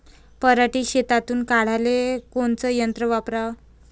पराटी शेतातुन काढाले कोनचं यंत्र वापराव?